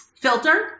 filter